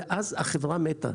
ואז החברה מתה.